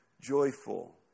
joyful